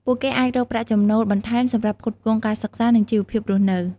ពួកគេអាចរកប្រាក់ចំណូលបន្ថែមសម្រាប់ផ្គត់ផ្គង់ការសិក្សា និងជីវភាពរស់នៅ។